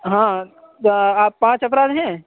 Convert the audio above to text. ہاں آپ پانچ افراد ہیں